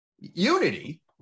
unity